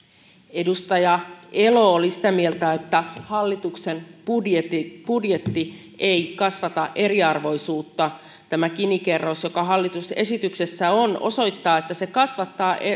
edustaja elo oli sitä mieltä että hallituksen budjetti budjetti ei kasvata eriarvoisuutta tämä gini kerroin joka hallituksen esityksessä on osoittaa että se kasvattaa